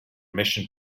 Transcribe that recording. mission